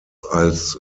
als